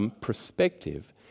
Perspective